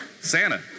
Santa